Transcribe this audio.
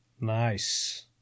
Nice